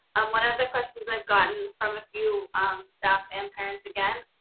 um one of the questions i've gotten from a few staff and parents again,